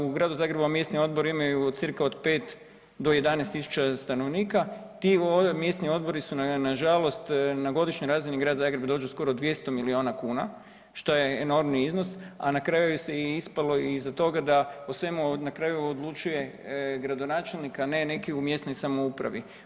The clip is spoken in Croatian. U Gradu Zagrebu vam mjesni odbori imaju cca od 5 do 11.000 stanovnika, ti mjesni odbori su nažalost na godišnjoj razini Grad Zagreb dođu skoro 200 milijuna kuna što je enormni iznos, a na kraju je ispalo iza toga da o svemu na kraju odlučuje gradonačelnik, a ne neki u mjesnoj samoupravi.